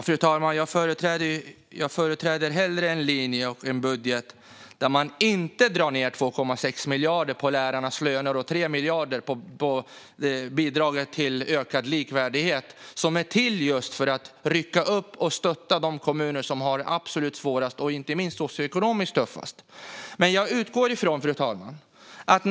Fru talman! Jag företräder hellre en linje och en budget som inte drar ned 2,6 miljarder på lärarnas löner och 3 miljarder på bidraget till ökad likvärdighet, som är till just för att rycka upp och stötta de kommuner som har det absolut svårast och inte minst socioekonomiskt tuffast. Fru talman!